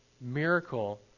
miracle